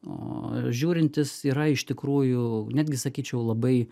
o žiūrint jis yra iš tikrųjų netgi sakyčiau labai